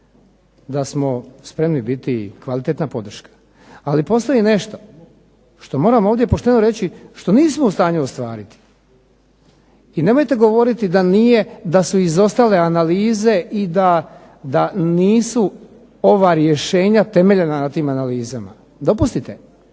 da smo spremni biti kvalitetna podrška, ali postoji nešto što moramo ovdje pošteno reći, što nismo u stanju ostvariti, i nemojte govoriti da nije, da su izostale analize i da nisu ova rješenja temeljena na tim analizama. Dopustite.